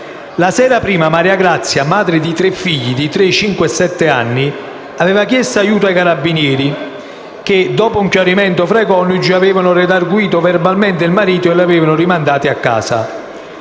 La sera prima Mariagrazia, madre di tre figli di tre, cinque e sette anni, aveva chiesto aiuto ai carabinieri che, dopo un chiarimento fra i coniugi, avevano redarguito verbalmente il marito e li avevano rimandati a casa.